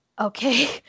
okay